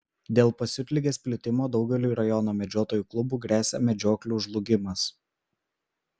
dėl pasiutligės plitimo daugeliui rajono medžiotojų klubų gresia medžioklių žlugimas